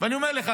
ואני אומר לך,